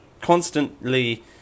constantly